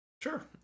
Sure